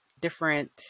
different